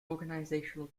organizational